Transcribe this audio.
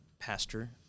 pastor